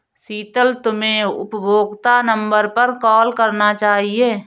शीतल, तुम्हे उपभोक्ता नंबर पर कॉल करना चाहिए